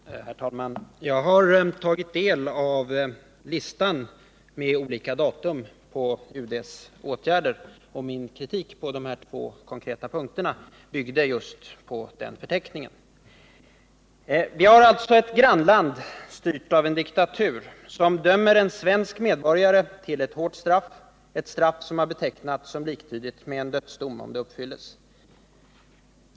Herr talman! Jag har tagit del av listan med olika data för UD:s åtgärder, och min kritik på de här två konkreta punkterna byggde just på den förteckningen. Vi har alltså ett grannland, styrt som en diktatur, som dömer en svensk medborgare till ett hårt straff, ett straff som har betecknats som liktydigt med en dödsdom, om det uppfylls.